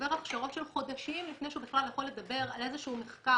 עובר הכשרות של חודשים לפני שהוא בכלל יכול לדבר על איזה שהוא מחקר,